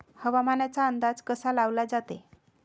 हवामानाचा अंदाज कसा लावला जाते?